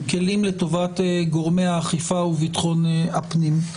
כלים לטובת גורמי האכיפה וביטחון הפנים.